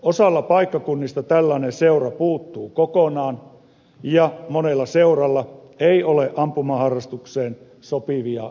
osalla paikkakunnista tällainen seura puuttuu kokonaan ja monella seuralla ei ole ampumaharrastukseen sopivia sisätiloja